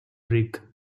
brick